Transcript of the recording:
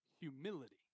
humility